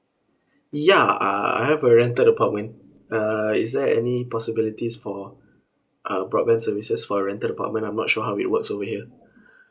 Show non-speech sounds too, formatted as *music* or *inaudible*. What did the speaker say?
ya uh I have a rented apartment uh is there any possibilities for a broadband services for a rented apartment I'm not really sure how it works over here *breath*